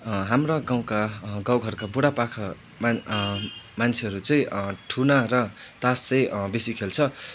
हाम्रा गाउँका गाउँ घरका बुढा पाखा मान् मान्छेहरू चाहिँ ठुना र तास चाहिँ बेसी खेल्छ